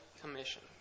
Commission